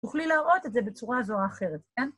תוכלי להראות את זה בצורה זו או אחרת, כן?